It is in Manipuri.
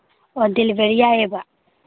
ꯑꯣ ꯗꯤꯂꯤꯕꯔꯤ ꯌꯥꯏꯌꯦꯕ